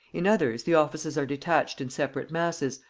in others the offices are detached in separate masses,